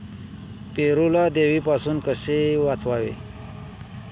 पेरूला देवीपासून कसे वाचवावे?